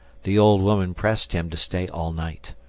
the old woman pressed him to stay all night.